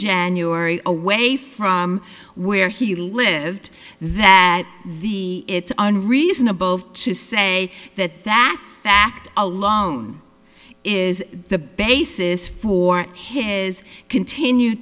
january away from where he lived that the it's unreasonable to say that that fact alone is the basis for his continue